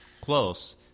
Close